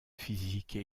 physique